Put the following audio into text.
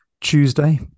Tuesday